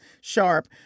sharp